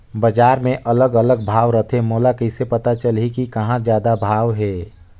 बजार मे अलग अलग भाव रथे, मोला कइसे पता चलही कि कहां जादा भाव हे?